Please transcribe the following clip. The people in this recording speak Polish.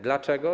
Dlaczego?